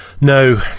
No